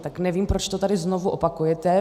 Tak nevím, proč to tady znovu opakujete.